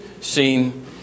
seen